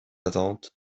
attente